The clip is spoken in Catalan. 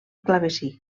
clavecí